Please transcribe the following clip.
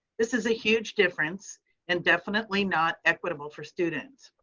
this is a huge difference and definitely not equitable for students.